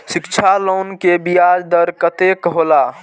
शिक्षा लोन के ब्याज दर कतेक हौला?